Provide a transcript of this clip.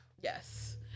Yes